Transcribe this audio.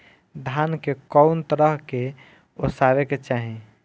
धान के कउन तरह से ओसावे के चाही?